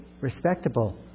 respectable